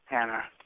Hannah